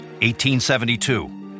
1872